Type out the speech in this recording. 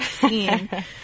scene